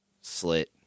slit